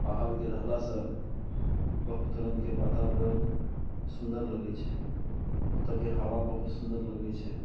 पहाड़के रहलासँ बहुत रङ्गके वातावरण सुन्दर लगैत छै ओतऽ के हवा बहुत सुन्दर लगैत छै